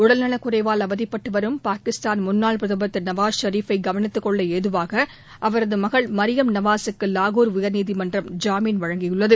உடல் நலக்குறைவால் அவதிப்பட்டு வரும் பாகிஸ்தான் முன்னாள் பிரதமர் திரு நவாஸ் ஷெரிஃப் ஐ கவனித்துக் கொள்ள ஏதுவாக அவரது மகள் மரியம் நவாஸுக்கு லாகூர் உயா்நீதிமன்றம் ஜாமீன் வழங்கியுள்ளது